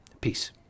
Peace